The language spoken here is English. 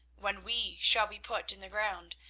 when we shall be put in the ground,